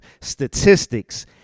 statistics